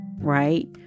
right